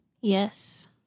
Yes